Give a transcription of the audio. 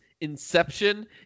Inception